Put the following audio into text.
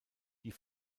die